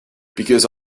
because